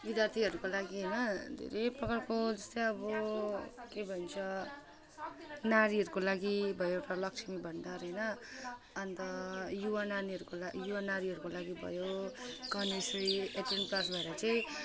विद्यार्थीहरूको लागि होइन धेरै प्रकारको जस्तै अब के भन्छ नारीहरूको लागि भयो एउटा लक्ष्मी भण्डार होइन अन्त युवा नानीहरूको लागि युवा नारीहरूको लागि भयो कन्याश्री एट्टिन प्लस भएर चाहिँ